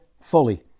fully